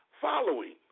following